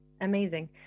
Amazing